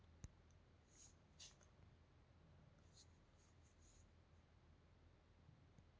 ಉದ್ಯೋಗ ಒದಗಸ್ಲಿಕ್ಕೆ ಮತ್ತ ಬಾಳ್ಕಿ ಬರುವಂತ ಮೂಲ ಸೌಕರ್ಯಗಳನ್ನ ಸೃಷ್ಟಿ ಮಾಡಲಿಕ್ಕೆ ಜಿ.ಕೆ.ಆರ್.ವಾಯ್ ಸ್ಥಾಪನೆ ಆತು